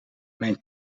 mijn